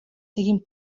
siguin